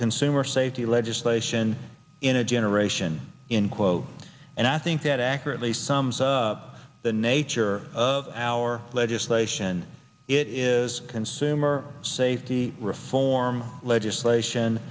consumer safety legislation in a generation in quote and i think that accurately sums up the nature of our legislation it is consumer safety reform legislation